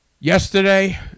Yesterday